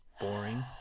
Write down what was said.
Boring